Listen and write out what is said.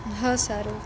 હા સારું